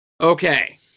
Okay